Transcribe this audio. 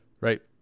right